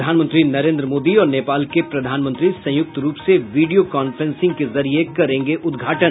प्रधानमंत्री नरेंद्र मोदी और नेपाल के प्रधानमंत्री संयुक्त रूप से वीडियो कांफ्रेंसिंग के जरिये करेंगे उदघाटन